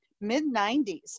mid-90s